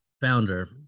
founder